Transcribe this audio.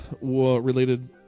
related